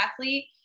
athlete